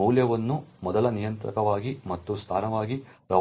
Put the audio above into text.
ಮೌಲ್ಯವನ್ನು ಮೊದಲ ನಿಯತಾಂಕವಾಗಿ ಮತ್ತು ಸ್ಥಾನವಾಗಿ ರವಾನಿಸುತ್ತೇವೆ